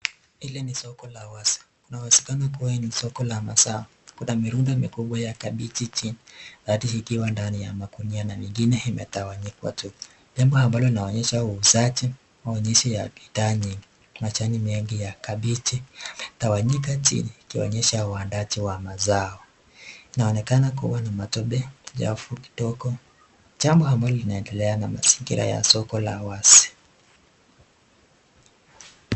Hili ni soko la wazi. Ina uwezekano kuwa ni soko la masaa. Kuna mirundo mikubwa ya kabeji chini baadhi ikiwa ndani ya magunia na ingine imetawanyika tu. Nembo ambalo inaonyesha wauzaji, maonyesho ya bidhaa nyingi. Majani mingi ya kabeji yametawanyika chini ikionyesha uandaaji wa mazao. Inaonekana kuwa na matope chafu kidogo, jambo ambalo linaendelea na mazingira ya soko la wazi.